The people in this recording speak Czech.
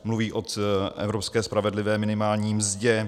Mluví o evropské spravedlivé minimální mzdě.